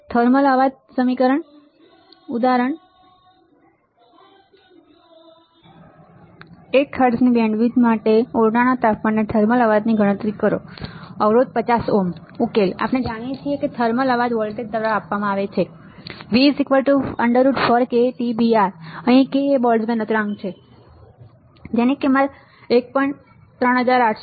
thermal અવાજ ઉદાહરણ 1 હર્ટ્ઝની બેન્ડવિડ્થ માટે ઓરડાના તાપમાને થર્મલ અવાજની ગણતરી કરો અવરોધ 50 Ω ઉકેલ આપણે જાણીએ છીએ કે થર્મલ અવાજ વોલ્ટેજ દ્વારા આપવામાં આવે છે V √4KTBR અહીં k બોલ્ટ્ઝમેન અચળાંક 1